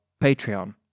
Patreon